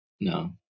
No